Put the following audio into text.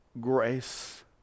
grace